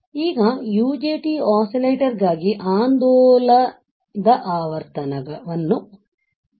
ಆದ್ದರಿಂದ ಈಗ UJT oscillator ಗಾಗಿ ಆಂದೋಲದ ಆವರ್ತನವನ್ನು ಹೊಂದಿದ್ದೇನೆ